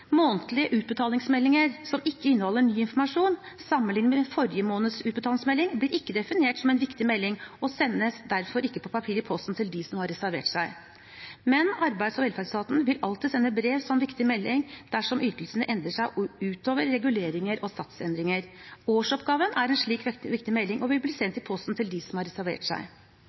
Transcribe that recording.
Månedlige utbetalingsmeldinger som ikke inneholder ny informasjon sammenliknet med forrige måneds utbetalingsmelding, blir ikke definert som en viktig melding, og sendes derfor ikke på papir i posten til dem som har reservert seg. Men Arbeids- og velferdsetaten vil alltid sende brev som viktig melding dersom ytelsen endrer seg utover reguleringer og satsendringer. Årsoppgaven er en slik viktig melding og vil bli sendt i posten til dem som har reservert seg.